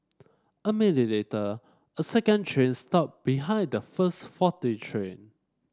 a minute later a second train stopped behind the first faulty train